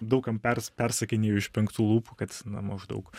daug kam per persakinėju iš penktų lūpų kad na maždaug